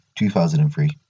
2003